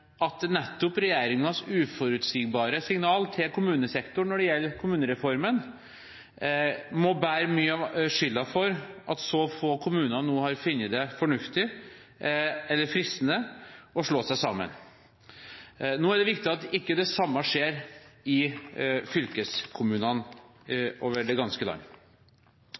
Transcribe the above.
at nettopp regjeringens uforutsigbare signaler til kommunesektoren når det gjelder kommunereformen, må bære mye av skylda for at så få kommuner nå har funnet det fornuftig eller fristende å slå seg sammen. Nå er det viktig at ikke det samme skjer i fylkeskommunene over det ganske land.